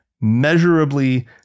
measurably